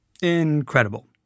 Incredible